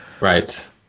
Right